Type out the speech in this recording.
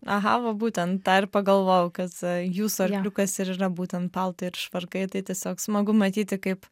aha va būtent tą ir pagalvojau kad jūsų arkliukas ir yra būtent paltai ir švarkai tai tiesiog smagu matyti kaip